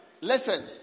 Listen